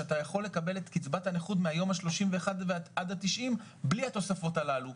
שאתה יכול לקבל את קצבת הנכות מהיום ה-31 עד ה-90 בלי התוספות הללו.